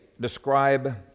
describe